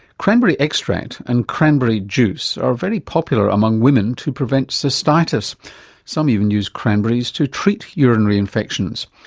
cranberry extract and cranberry juice are very popular among women to prevent cystitis. some even use cranberries to treat urinary infections.